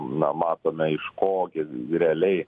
na matome iš ko gi realiai